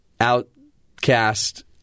outcast